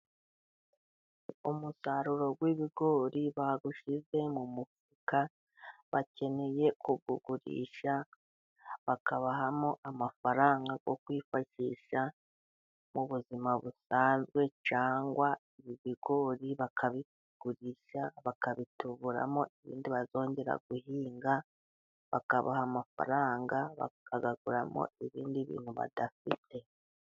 Umusaruro w'ibigori bawushyize mu mufuka, bakeneye kuwugurisha bakabahamo amafaranga yo kwifashisha mu buzima busanzwe ,cyangwa ibigori bakabigurisha, bakabituburamo ibindi bazongera guhinga ,bakabaha amafaranga ,bakayaguramo ibindi bintu badafite.